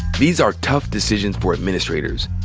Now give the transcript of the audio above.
these are tough decisions for administrators.